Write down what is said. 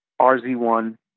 RZ1